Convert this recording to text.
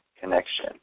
connection